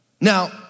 Now